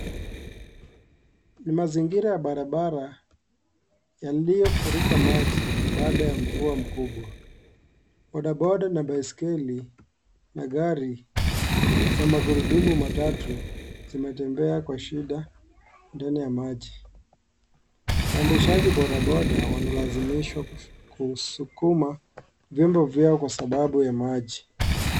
Ni mazingira ya barabara yaliyofurika maji baada ya mvua mkubwa, bodaboda na baiskeli na gari na magurudumu matatu zimetembea kwa shida ndani ya maji waendeshaji bodaboda wanalasimishwa kusukuma vyombo vyao kwa sababu ya maji.